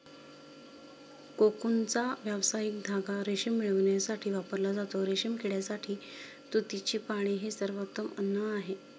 कोकूनचा व्यावसायिक धागा रेशीम मिळविण्यासाठी वापरला जातो, रेशीम किड्यासाठी तुतीची पाने हे सर्वोत्तम अन्न आहे